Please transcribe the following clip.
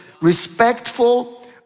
Respectful